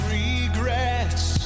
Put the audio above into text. regrets